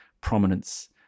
prominence